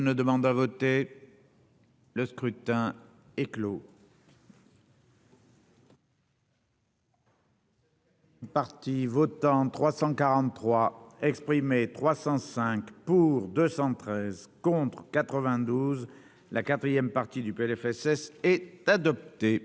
le scrutin est clos. Parti votants 343 exprimés 305 pour 213 contre 92 la 4ème partie du PLFSS et adopté,